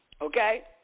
Okay